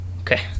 Okay